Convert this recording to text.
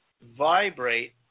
vibrate